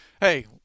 Hey